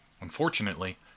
Unfortunately